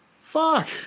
Fuck